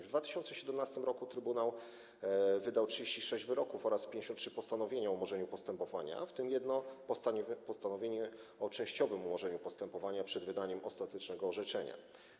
W 2017 r. trybunał wydał 36 wyroków oraz 53 postanowienia o umorzeniu postępowania, w tym jedno postanowienie o częściowym umorzeniu postępowania przed wydaniem ostatecznego orzeczenia.